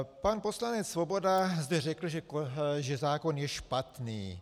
Pan poslanec Svoboda zde řekl, že zákon je špatný.